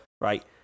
right